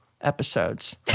episodes